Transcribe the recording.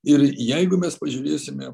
ir jeigu mes pažiūrėsime